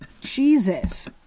Jesus